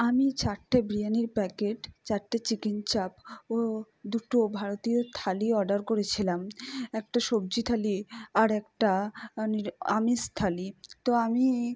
আমি চারটে বিরিয়ানির প্যাকেট চারটে চিকেন চাপ ও দুটো ভারতীয় থালি অর্ডার করেছিলাম একটা সবজি থালি আর একটা নিরা আমিষ থালি তো আমি